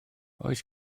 oes